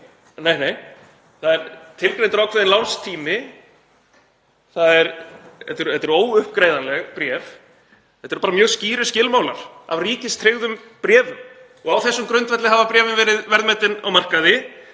Nei, nei. Það er tilgreindur ákveðinn lánstími, þetta eru óuppgreiðanleg bréf. Þetta eru bara mjög skýrir skilmálar af ríkistryggðum bréfum og á þessum grundvelli hafa bréfin verið verðmetin á markaði.